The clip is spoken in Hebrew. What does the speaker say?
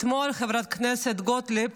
אתמול חברת הכנסת גוטליב